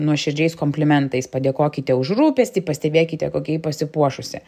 nuoširdžiais komplimentais padėkokite už rūpestį pastebėkite kokia ji pasipuošusi